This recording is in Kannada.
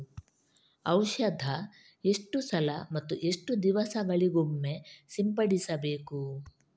ಔಷಧ ಎಷ್ಟು ಸಲ ಮತ್ತು ಎಷ್ಟು ದಿವಸಗಳಿಗೊಮ್ಮೆ ಸಿಂಪಡಿಸಬೇಕು?